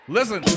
Listen